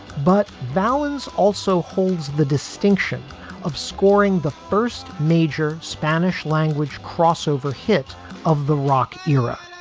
but valens also holds the distinction of scoring the first major spanish language crossover hit of the rock era.